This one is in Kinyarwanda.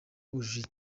bujuje